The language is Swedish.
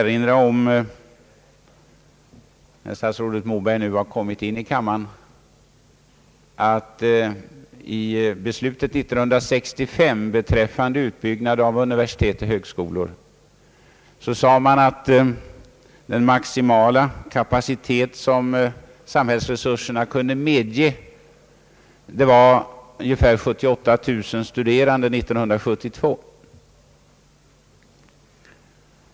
När statsrådet Moberg nu har kommit in i kammaren, vill jag erinra om att man i beslutet 1965 beträffande utbyggnad av universitet och högskolor sade att den maximala kapacitet som samhällsresurserna kunde medge var ungefär 78000 studerande år 1972.